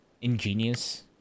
ingenious